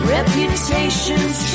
Reputation's